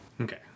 Okay